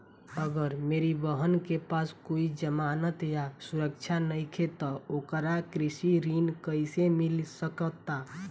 अगर मेरी बहन के पास कोई जमानत या सुरक्षा नईखे त ओकरा कृषि ऋण कईसे मिल सकता?